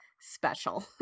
special